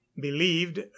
believed